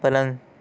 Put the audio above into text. پلنگ